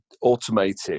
automated